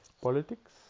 politics